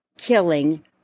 Killing